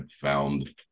found